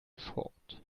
thought